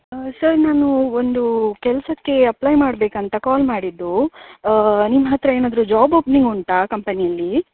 sir ನಾನು ಒಂದು ಕೆಲಸಕ್ಕೆ ಅಪ್ಲೈ ಮಾಡಬೇಕಂತ ಕಾಲ್ ಮಾಡಿದ್ದು ನಿಮ್ಮ ಹತ್ತಿರ ಏನಾದರು ಜಾಬ್ ಓಪ್ನಿಂಗ್ ಉಂಟಾ ಕಂಪನಿಯಲ್ಲಿ